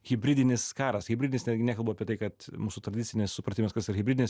hibridinis karas hibridinis netgi nekalbu apie tai kad mūsų tradicinis supratimas kas yra hibridinis